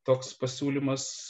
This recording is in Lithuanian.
toks pasiūlymas